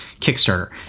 Kickstarter